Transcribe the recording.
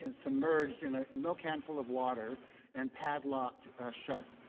and submerged in a milk can full of water and padlocked shut.